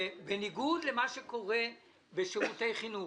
בניגוד למה שקורה בשירותי חינוך,